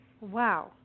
Wow